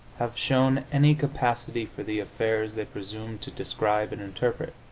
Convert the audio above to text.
have shown any capacity for the affairs they presume to describe and interpret.